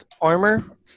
Armor